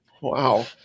Wow